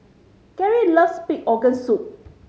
Gary loves pig organ soup